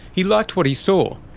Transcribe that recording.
he liked what he saw,